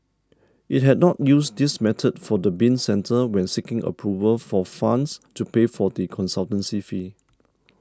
it had not used this method for the bin centre when seeking approval for funds to pay for the consultancy fee